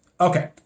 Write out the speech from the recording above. Okay